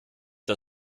der